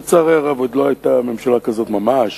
לצערי הרב, עוד לא היתה ממשלה כזאת ממש.